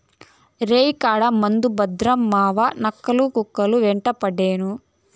రేయికాడ మంద భద్రం మావావా, నక్కలు, కుక్కలు యెంటపడేను